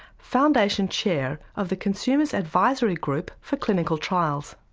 foundation chair of the consumer's advisory group for clinical trials.